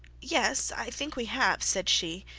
yes, i think we have said she,